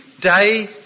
day